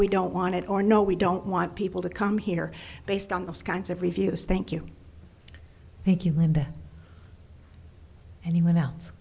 we don't want it or no we don't want people to come here based on those kinds of reviews thank you thank you and than anyone else